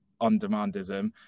on-demandism